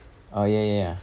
ya